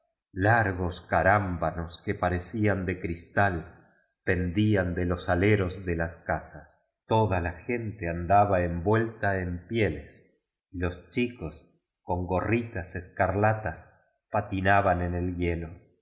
gos carámbanos que parecían de cristal pendían de los aleros de bis casas toda la gente andaba en vuelta en pieles y los chicos coa gocritas escarla tas patinaban cu el hielo la